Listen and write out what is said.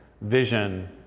vision